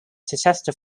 chichester